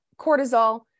cortisol